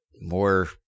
more